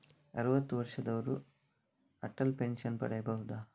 ಅರುವತ್ತು ವರ್ಷದವರು ಅಟಲ್ ಪೆನ್ಷನ್ ಪಡೆಯಬಹುದ?